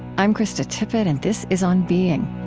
i'm krista tippett and this is on being